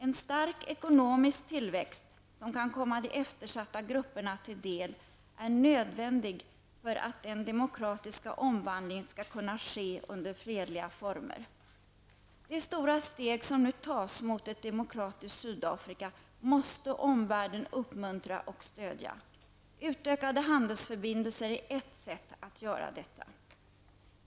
En stark ekonomisk tillväxt, som kan komma de eftersatta grupperna till del, är nödvändig för att den demokratiska omvandlingen skall kunna ske under fredliga former. De stora steg som nu tas mot ett demokratiskt Sydafrika måste omvärlden uppmuntra och stödja. Utökade handelsförbindelser är ett sätt att göra detta.